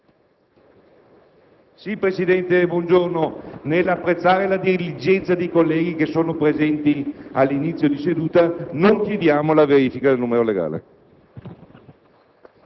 Presidente, nell'apprezzare la diligenza dei colleghi che sono presenti dall'inizio della seduta, non chiediamo la verifica del numero legale.